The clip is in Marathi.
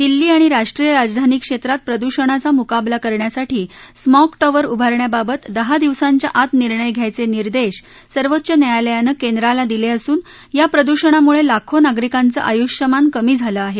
दिल्ली आणि राष्ट्रीय राजधानी क्षेत्रात प्रदूषणाचा मुकाबला करण्यासाठी स्मॉग ा िवर उभारण्याबाबत दहा दिवसांच्या आत निर्णय घ्यायचे निर्देश सर्वोच्च न्यायालयानं केंद्राला दिले असून या प्रदूषणामुळे लाखो नागरिकांचं आयुष्यमान कमी झालं आहे